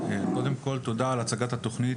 קודם כל תודה רבה לכם על הצגת התוכנית,